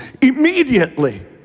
immediately